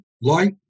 light